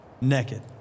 naked